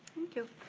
thank you.